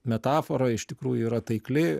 metafora iš tikrųjų yra taikli